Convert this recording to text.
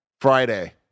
Friday